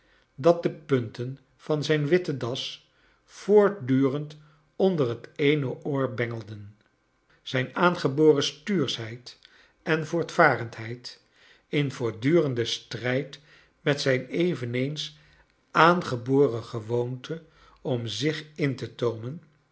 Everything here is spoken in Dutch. dat de punten van zijn witte das voortdurend onder het eene oor bengelden zijn aangeboren stuurschheid en voortvarendheid in voortdurenden strijd met zijn eveneens aangeboren gewoonte om zich in te toomen